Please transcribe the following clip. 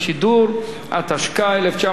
התשכ"ה 1965,